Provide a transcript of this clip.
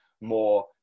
more